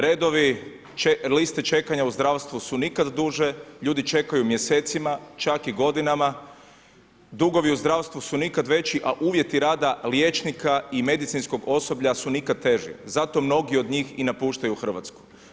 Redovi, liste čekanja u zdravstvu su nikad duže, ljudi čekaju mjesecima, čak i godinama, dugovi u zdravstvu su nikada veći a uvjeti rada liječnika i medicinskog osoblja su nikad teži, zato mnogi od njih i napuštaju Hrvatsku.